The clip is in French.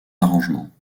arrangements